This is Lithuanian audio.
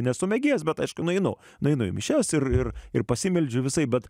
nesu mėgėjas bet aišku nueinu nueinu į mišias ir ir pasimeldžiu visaip bet